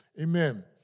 Amen